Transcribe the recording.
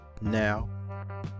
Now